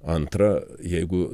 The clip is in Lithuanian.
antra jeigu